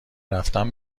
رفتن